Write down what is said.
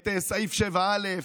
את סעיף 7(א),